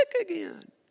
again